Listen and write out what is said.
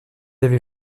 avait